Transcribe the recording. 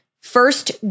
first